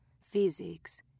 physics